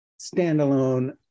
standalone